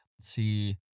see